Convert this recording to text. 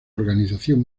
organización